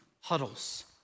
huddles